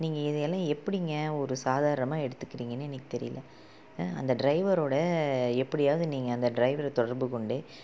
நீங்கள் இதையெல்லாம் எப்படிங்க ஒரு சாதாரணமாக எடுத்துக்குறீங்கன்னே எனக்கு தெரியிலை ஆ அந்த ட்ரைவரோடு எப்படியாவது நீங்கள் அந்த ட்ரைவரை தொடர்பு கொண்டு